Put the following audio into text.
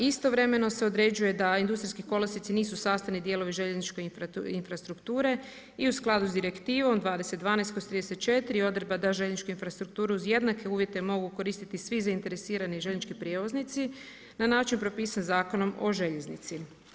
Istovremeno se određuje da industrijski kolosijeci nisu sastavni dijelovi željezničke infrastrukture i u skladu s direktivom 2012/34 i odredba da željezničku infrastrukturu uz jednake uvjete mogu koristiti svi zainteresirani željeznički prijevoznici na način propisan Zakonom o željeznici.